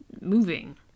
moving